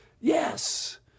yes